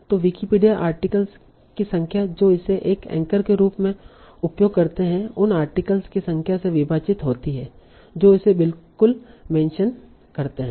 तो Wikipedia articles की संख्या जो इसे एक एंकर के रूप में उपयोग करते हैं उन आर्टिकल्स की संख्या से विभाजित होती है जो इसे बिल्कुल मेंशन करते हैं